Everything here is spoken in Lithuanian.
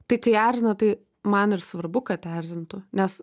tai kai erzina tai man ir svarbu kad erzintų nes